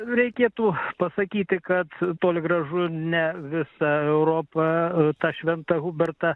reikėtų pasakyti kad toli gražu ne visa europa tą šventą hubertą